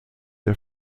der